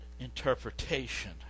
interpretation